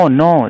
no